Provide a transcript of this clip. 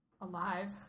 alive